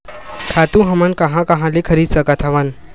खातु हमन कहां कहा ले खरीद सकत हवन?